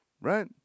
right